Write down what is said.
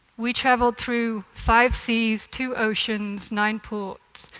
we traveled through five seas, two oceans, nine ports,